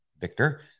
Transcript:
Victor